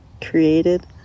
created